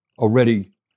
Already